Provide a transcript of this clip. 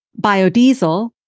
biodiesel